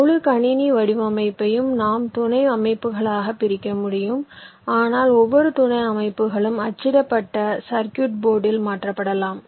முழு கணினி வடிவமைப்பையும் நாம் துணை அமைப்புகளாகப் பிரிக்க முடியும் ஆனால் ஒவ்வொரு துணை அமைப்புகளும் அச்சிடப்பட்ட சர்க்யூட் போர்டில் மாற்றப்படலாம்